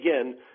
again